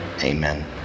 Amen